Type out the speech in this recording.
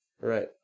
Right